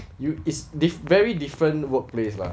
you is this very different workplace lah